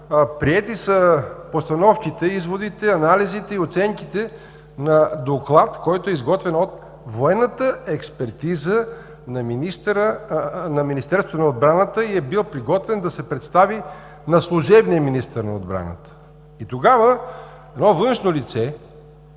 приети са постановките, изводите, анализите и оценките на доклад, изготвен от военната експертиза на Министерство на отбраната и е бил подготвен да се представи на служебния министър на отбраната. Тогава едно външно лице,